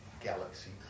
Galaxy